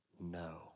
no